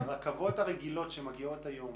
הרכבות הרגילות שמגיעות היום